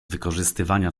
wykorzystywania